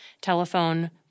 Telephone